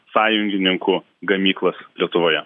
sąjungininkų gamyklas lietuvoje